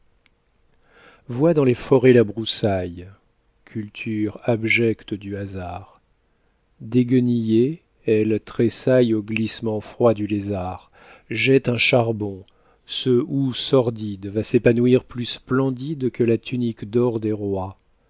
vois dans les forêts la broussaille culture abjecte du hasard déguenillée elle tressaille au glissement froid du lézard jette un charbon ce houx sordide va s'épanouir plus splendide que la tunique d'or des rois